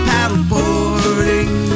Paddleboarding